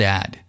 Dad